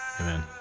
Amen